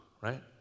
right